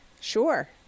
Sure